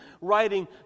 writing